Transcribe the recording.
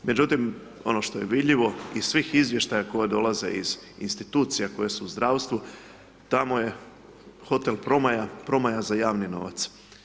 Međutim, ono što je vidljivo iz svih izvještaja koje dolaze iz institucija koje su u zdravstvu, tamo je hotel promaja, promaja za javni novac.